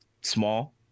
small